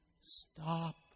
Stop